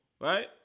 right